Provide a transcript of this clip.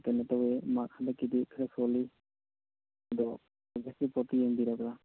ꯀꯩꯅꯣ ꯇꯧꯑꯦ ꯃꯥꯛ ꯍꯟꯗꯛꯀꯤꯗꯤ ꯈꯔ ꯁꯣꯜꯂꯤ ꯑꯗꯣ ꯄ꯭ꯔꯣꯒ꯭ꯔꯦꯁ ꯔꯤꯄ꯭ꯣꯔꯠꯇꯣ ꯌꯦꯡꯕꯤꯔꯕ꯭ꯔꯥ